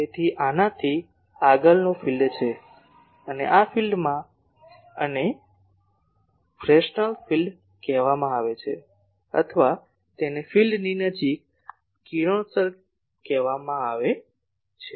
તેથી આ far field છે અને આ વિસ્તારમાં આને ફ્રેસ્નલ વિસ્તાર કહેવામાં આવે છે અથવા તેને ફિલ્ડ વિસ્તારની નજીક કિરણોત્સર્ગી કહેવામાં આવે છે